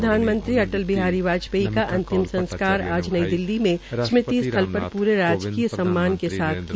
पूर्व प्रधानमंत्री अटल बिहारी वाजपेयी का अंतिम संस्कार आज नई दिल्ली में स्मृति स्थल पर प्रे राजकीय सम्मान के साथ किया